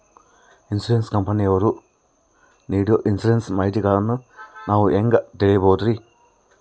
Insurance ಕಂಪನಿಯವರು ನೇಡೊ insurance ಮಾಹಿತಿಗಳನ್ನು ನಾವು ಹೆಂಗ ತಿಳಿಬಹುದ್ರಿ?